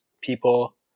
people